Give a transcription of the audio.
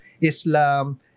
Islam